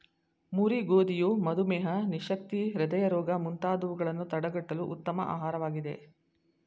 ಮುರಿ ಗೋಧಿಯು ಮಧುಮೇಹ, ನಿಶಕ್ತಿ, ಹೃದಯ ರೋಗ ಮುಂತಾದವುಗಳನ್ನು ತಡಗಟ್ಟಲು ಉತ್ತಮ ಆಹಾರವಾಗಿದೆ